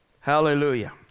Hallelujah